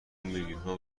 میلیونها